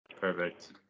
Perfect